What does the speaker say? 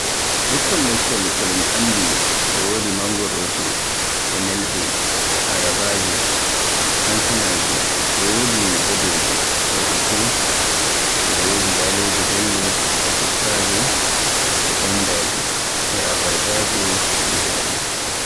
Bikkol lekkol kol mi anndi e wodi mangoroje, nelbe, ayabaaje, kankanaaje, e wodi badoje, e wodi rake, e wodi yaloje bello, e tuppaje, gwandaje, e abarbaje, e jaabe.